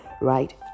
right